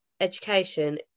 education